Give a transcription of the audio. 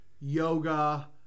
yoga